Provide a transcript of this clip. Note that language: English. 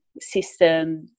system